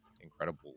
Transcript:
incredible